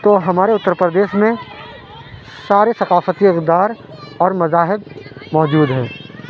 تو ہمارے اتر پردیس میں سارے ثقافتی اقدار اور مذاہب موجود ہیں